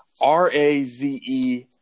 R-A-Z-E